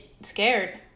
scared